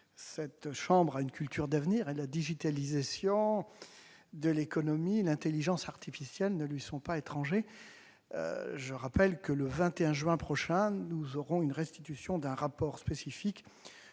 cette chambre à une culture d'avenir, et la digitalisation de l'économie et l'intelligence artificielle ne lui sont pas étrangères. Je rappelle que, le 21 juin prochain, nous assisterons à la restitution d'un rapport spécifique